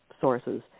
sources